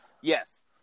Yes